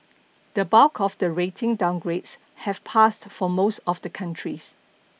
the bulk of the rating downgrades have passed for most of the countries